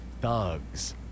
thugs